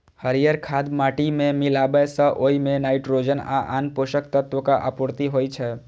हरियर खाद माटि मे मिलाबै सं ओइ मे नाइट्रोजन आ आन पोषक तत्वक आपूर्ति होइ छै